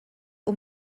aux